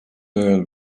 ööl